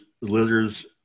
lizards